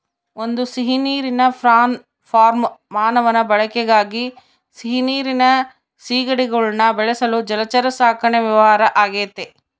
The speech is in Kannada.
ಒಂದು ಸಿಹಿನೀರಿನ ಪ್ರಾನ್ ಫಾರ್ಮ್ ಮಾನವನ ಬಳಕೆಗಾಗಿ ಸಿಹಿನೀರಿನ ಸೀಗಡಿಗುಳ್ನ ಬೆಳೆಸಲು ಜಲಚರ ಸಾಕಣೆ ವ್ಯವಹಾರ ಆಗೆತೆ